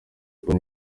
polly